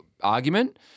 argument